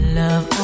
love